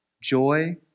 joy